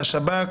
לשב"כ,